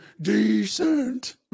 Decent